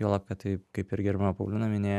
juolab kad taip kaip ir gerbiama paulina minėjo